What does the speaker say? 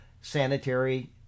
sanitary